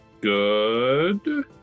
good